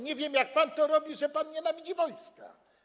Nie wiem, jak pan to robi, że pan nienawidzi wojska.